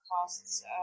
costs